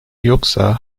yoksa